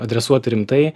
adresuoti rimtai